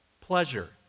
pleasure